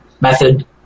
method